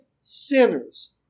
sinners